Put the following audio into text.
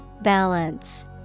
Balance